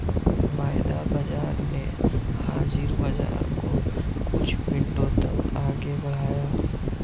वायदा बाजार ने हाजिर बाजार को कुछ मिनटों तक आगे बढ़ाया